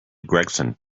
gregson